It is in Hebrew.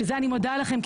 שזה אני מודה לכם,